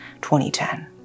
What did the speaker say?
2010